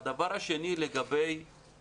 הדבר השני הוא בריאותית.